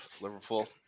Liverpool